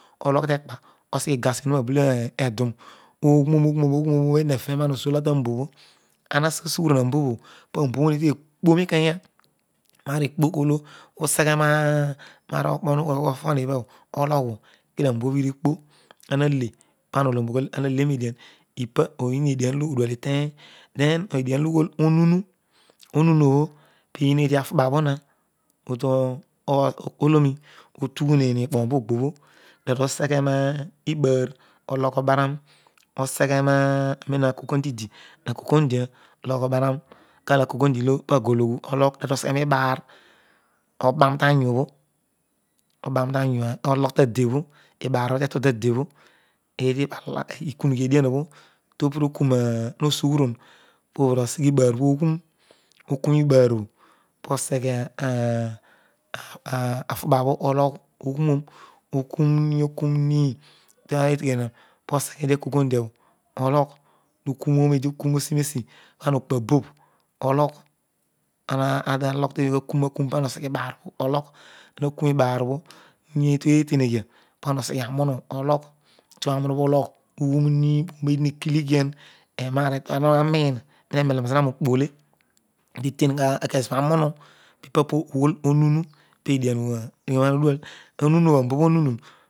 Oloki tekpa oseghe igrasi onuroabilo eduro oghuroon oguroon oghuroon ozuohy tem bash ofa, anta sa gigtaron anbach obro paabakh oblo vedighe kpo raikenya lo, usegrerna arale pana ologmon ayhal ama leroedian ipabho po dyn edran olo oduay ireay then edian olunu obho priyinedi anfuba wna keto kolori otughulen osegue ma ibaar, oloki obaian osequeror a per akoukoudia idi wa kokolda blogh obaran ibkakakon dia o akakoudia llo payologhu llogh ubaram totuosegle illibgar oban tanyu obro ologh fade who fhaar obha te tol tade bho to bil okuma nosugharon po blu oseque iberobho og uro tokuro ibaan obho posegra afuba obha o oloyk oghuroon to kuro win roo, proseque etdi ako kondia bwo ology tokua oiseedi pana ogbo a bobk blogh oghuis oghure mir he tue teneghia obegmanunu oghur oraeedi kekilighiar antasmin puure meloor zung rookpole kedio iteneghea karounu ipa puyhol onnhy ipa pedian oduey ohuhy obho awbore ohunu.